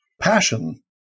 passion